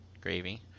gravy